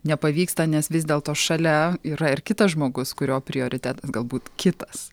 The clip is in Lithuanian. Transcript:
nepavyksta nes vis dėlto šalia yra ir kitas žmogus kurio prioritetas galbūt kitas